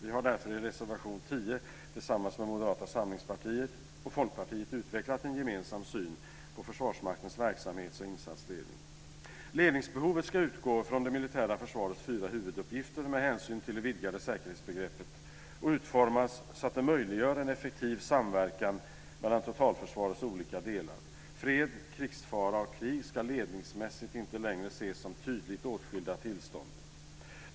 Vi har därför i reservation 10 Folkpartiet utvecklat en gemensam syn på Ledningsbehovet ska utgå från det militära försvarets fyra huvuduppgifter med hänsyn till det vidgade säkerhetsbegreppet och utformas så att det möjliggör en effektiv samverkan mellan totalförsvarets olika delar. Fred, krigsfara och krig ska ledningsmässigt inte längre ses som tydligt åtskilda tillstånd.